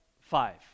five